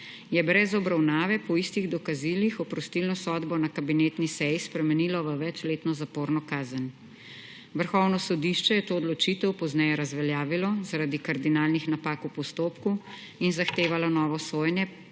je brez obravnave po istih dokazilih oprostilno sodbo na kabinetni seji spremenila v večletno zaporno kazen. Vrhovno sodišče je to odločitev pozneje razveljavilo zaradi kardinalnih napak v postopku in zahtevalo novo sojenje